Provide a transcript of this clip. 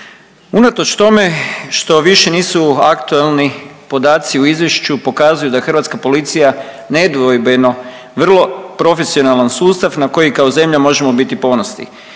Unatoč tome što više nisu aktualni podaci u izvješću pokazuju da hrvatska policija nedvojbeno vrlo profesionalan sustav na kojeg kao zemlja možemo biti ponosni.